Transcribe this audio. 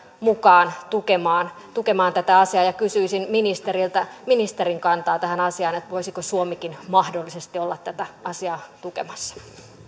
mukaan tukemaan tukemaan tätä asiaa ja kysyisin ministeriltä ministerin kantaa tähän asiaan voisiko suomikin mahdollisesti olla tätä asiaa tukemassa